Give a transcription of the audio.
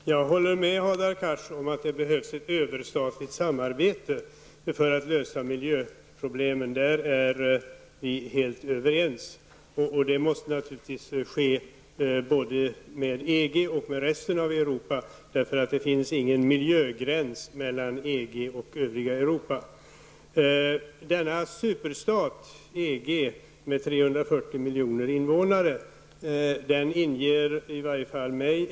Herr talman! Jag är helt överens med Hadar Cars om att det behövs ett överstatligt samarbete för att lösa miljöproblemen. Det måste naturligtvis ske både med EG och med det övriga Europa. Det finns nämligen ingen miljögräns mellan EG och det övriga Europa. Superstaten EG med sina 340 miljoner invånare skapar en del oro, i varje fall hos mig.